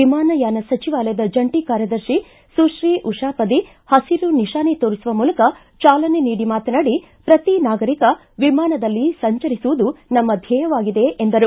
ವಿಮಾನಯಾನ ಸಚಿವಾಲಯದ ಜಂಟಿ ಕಾರ್ಯದರ್ಶಿ ಸುತ್ರೀ ಉಷಾ ಪದಿ ಪಸಿರು ನಿಶಾನೆ ತೋರಿಸುವ ಮೂಲಕ ಚಾಲನೆ ನೀಡಿ ಮಾತನಾಡಿ ಪ್ರತಿ ನಾಗರಿಕ ವಿಮಾನದಲ್ಲಿ ಸಂಚಾರಿಸುವುದು ತಮ್ಮ ಧ್ಯೆಯವಾಗಿದೆ ಎಂದರು